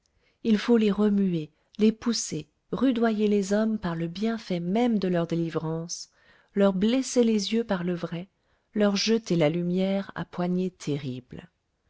il faut les remuer les pousser rudoyer les hommes par le bienfait même de leur délivrance leur blesser les yeux par le vrai leur jeter la lumière à poignées terribles